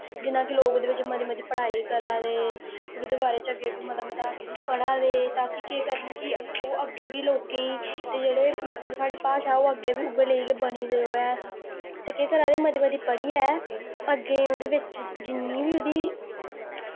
जि'यां कि लोक उदे विच मती मती पढ़ाई करा दे फिर उ'दे बारे च अग्गे अग्गे मता मता पढ़ा दे ताकि केह् करन कि ओह् अग्गे वी लोकें ई ते जेह्ड़े मतलब साढ़ी भाशा ओह् अग्गे वी उयै लेई गै बनी दी रोवै ते केह् करा दे मती मती पढ़ियै अग्गे उं'दे विच जिन्नी वी उदी